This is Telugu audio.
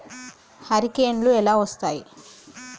హరికేన్లు ఎలా వస్తాయి?